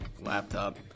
laptop